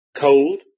cold